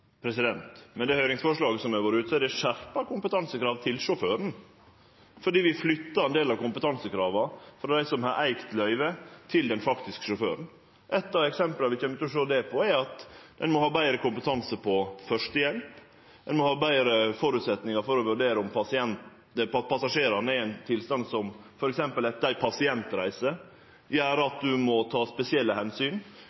høyringsforslaget som har vore ute, er det skjerpa kompetansekrav til sjåføren, fordi vi flytta ein del av kompetansekrava frå dei som har eigd løyvet, til den faktiske sjåføren. Eitt av eksempla vi kjem til å sjå det på, er at ein må ha betre kompetanse på førstehjelp, ein må ha betre føresetnader for å vurdere om passasjerane er i ein tilstand som – f.eks. etter ei pasientreise – gjer